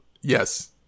Yes